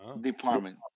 department